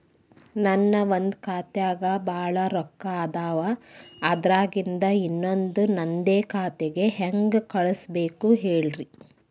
ನನ್ ಒಂದ್ ಖಾತ್ಯಾಗ್ ಭಾಳ್ ರೊಕ್ಕ ಅದಾವ, ಅದ್ರಾಗಿಂದ ಇನ್ನೊಂದ್ ನಂದೇ ಖಾತೆಗೆ ಹೆಂಗ್ ಕಳ್ಸ್ ಬೇಕು ಹೇಳ್ತೇರಿ?